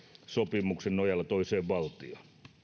sopimuksen nojalla toiseen valtioon